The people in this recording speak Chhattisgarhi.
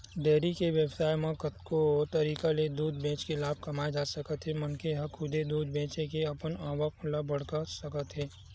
डेयरी के बेवसाय म कतको तरीका ले दूद बेचके लाभ कमाए जा सकत हे मनखे ह खुदे दूद बेचे के अपन आवक ल बड़हा सकत हे